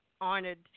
honored